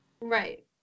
Right